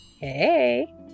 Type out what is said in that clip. hey